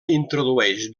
introdueix